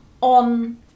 on